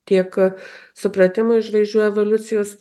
tiek supratimui žvaigždžių evoliucijos